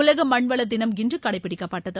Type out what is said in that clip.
உலக மண்வள தினம் இன்று கடைபிடிக்கப்பட்டது